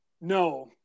No